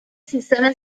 سیستم